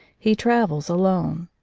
he travels alone.